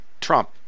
Trump